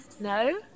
No